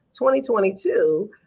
2022